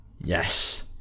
Yes